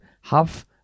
half